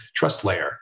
TrustLayer